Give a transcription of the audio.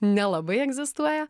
nelabai egzistuoja